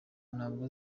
ntabwo